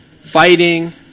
fighting